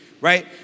right